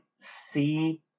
see